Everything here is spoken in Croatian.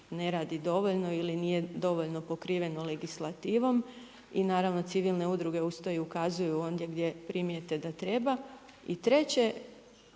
ne radi dovoljno ili nije dovoljno pokriveno legislativom, i naravno civilne udruge uz to i ukazuju ondje gdje primijete da treba. I treće,